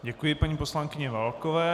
Děkuji paní poslankyni Válkové.